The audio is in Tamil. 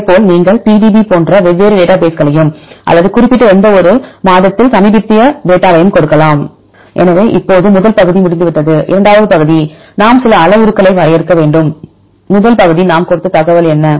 அதேபோல் நீங்கள் PDB போன்ற வெவ்வேறு டேட்டாபேஸ் விளையும் அல்லது குறிப்பிட்ட எந்தவொரு குறிப்பிட்ட மாதத்தில் சமீபத்திய டேட்டா வையும் கொடுக்கலாம் எனவே இப்போது முதல் பகுதி முடிந்துவிட்டது இரண்டாவது பகுதி நாம் சில அளவுருக்களை வரையறுக்க வேண்டும் முதல் பகுதி நாம் கொடுத்த தகவல் என்ன